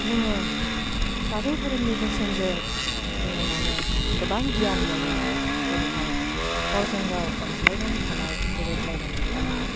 जोङो बाथौ धोरोमनि बोसोनजों जोङो माने गोबां गियान मोनो जेरैहाय गावजों गाव अनज्लायनानै थानाय गोरोब लायनानै थानाय